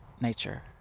nature